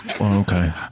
Okay